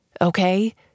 okay